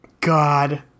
God